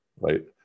Right